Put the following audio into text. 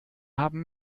haben